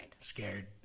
scared